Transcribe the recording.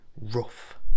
rough